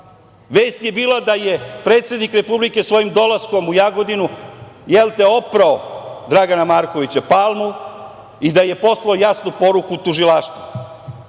Vest je bila da je predsednik Republike Srbije svojim dolaskom u Jagodinu, jelte, oprao Dragana Markovića Palmu i da je poslao jasnu poruku tužilaštvu.